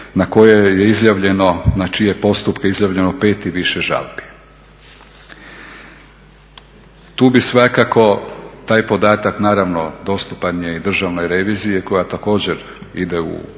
na čije postupke izjavljeno pet i više žalbi. Tu bi svakako, taj podatak naravno dostupan je i Državnoj reviziji koja također ide u revizorsku